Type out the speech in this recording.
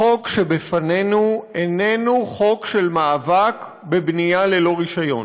החוק שלפנינו איננו חוק של מאבק בבנייה ללא רישיון,